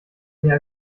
der